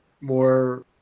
more